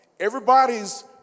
Everybody's